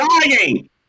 dying